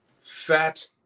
fat